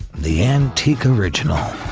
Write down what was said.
the antique original